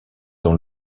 dans